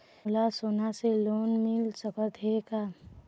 मोला सोना से लोन मिल सकत हे का?